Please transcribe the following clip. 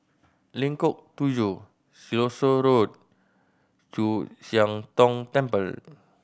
Lengkong Tujuh Siloso Road Chu Siang Tong Temple